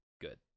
good